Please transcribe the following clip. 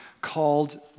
called